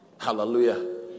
Hallelujah